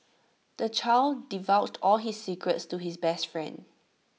the child divulged all his secrets to his best friend